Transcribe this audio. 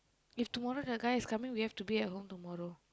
if tomorrow the guy is coming we have to be at home tomorrow